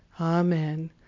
Amen